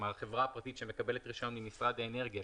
חברה פרטית שמקבלת רישיון ממשרד האנרגיה,